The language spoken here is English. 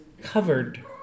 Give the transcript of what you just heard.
covered